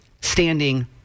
standing